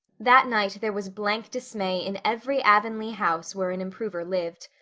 that night there was blank dismay in every avonlea house where an improver lived.